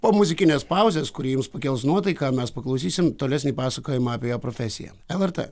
po muzikinės pauzės kuri jums pakels nuotaiką mes paklausysim tolesnį pasakojimą apie profesiją lrt